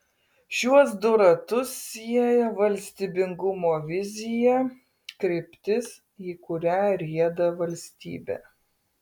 šiuos du ratus sieja valstybingumo vizija kryptis į kurią rieda valstybė